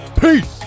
Peace